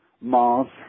Mars